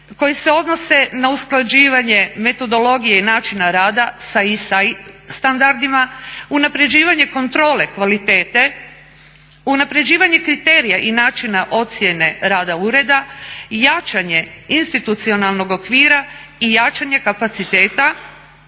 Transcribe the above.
koji se odnose na usklađivanje metodologije i načina rada sa ISAI standardima, unapređivanje kontrole kvalitete, unapređivanje kriterija i načina ocjene rada ureda, jačanje institucionalnog okvira i jačanje kapaciteta